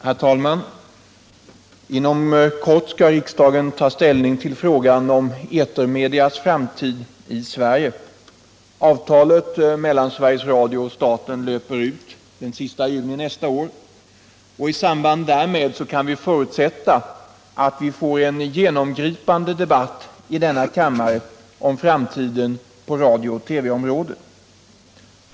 Herr talman! Inom kort skall riksdagen ta ställning till frågan om etermedias framtid i Sverige. Avtalet mellan Sveriges Radio och staten löper ut den sista juni nästa år, och i samband därmed kan vi förutsätta att vi får en genomgripande debatt i denna kammare om framtiden på radio/TV-området.